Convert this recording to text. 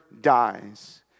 dies